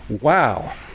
Wow